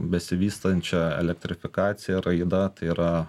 besivystančia elektrifikacija raida tai yra